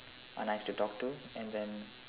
are nice to talk to and then